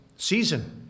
Season